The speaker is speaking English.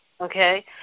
Okay